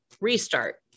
restart